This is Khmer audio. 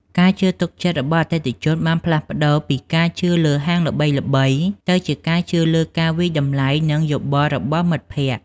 ការជឿទុកចិត្តរបស់អតិថិជនបានផ្លាស់ប្តូរពីការជឿលើហាងល្បីៗ ទៅជាការជឿលើការវាយតម្លៃនិងយោបល់របស់មិត្តភក្តិ។